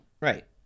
Right